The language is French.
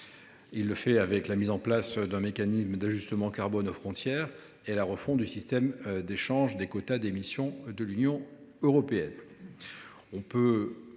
en prévoyant la mise en place d’un mécanisme d’ajustement carbone aux frontières et la refonte du système d’échange de quotas d’émission de l’Union européenne.